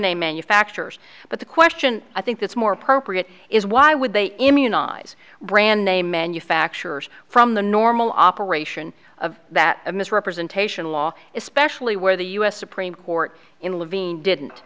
name manufacturers but the question i think that's more appropriate is why would they immunize brand name manufacturers from the normal operation of that misrepresentation law especially where the u s supreme court in levine didn't